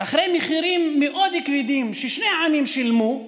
אחרי מחירים מאוד כבדים ששני העמים שילמו,